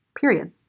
period